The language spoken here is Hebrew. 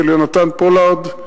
של יונתן פולארד,